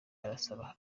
arasaba